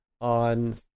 on